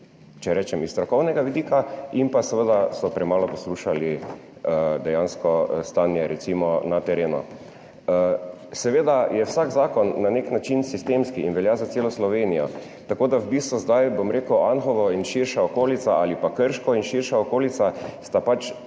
če rečem, s strokovnega vidika, in pa seveda so premalo poslušali dejansko stanje na terenu. Seveda je vsak zakon na nek način sistemski in velja za celo Slovenijo, tako da sta v bistvu Anhovo in širša okolica ali pa Krško in širša okolica pač